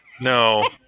No